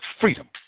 freedom